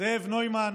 זאב נוימן